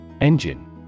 Engine